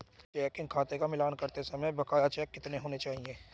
Checking खाते का मिलान करते समय बकाया चेक कितने होने चाहिए?